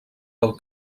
del